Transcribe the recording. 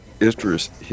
interest